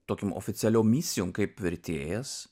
tokiom oficialiom misijom kaip vertėjas